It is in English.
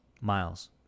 Miles